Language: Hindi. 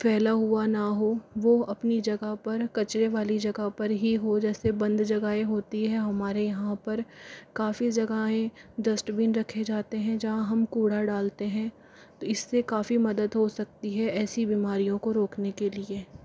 फैला हुआ ना हो वो अपनी जगह पर कचरे वाली जगह पर ही हो जैसे बंद जगाहें होती हैं हमारे यहाँ पर काफ़ी जगाहें डस्टबिन रखे जाते हैं जहाँ हम कूड़ा डालते हैं तो इस से काफ़ी मदद हो सकती है ऐसी बीमारियों को रोकने के लिए